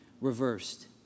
reversed